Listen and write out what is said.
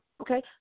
okay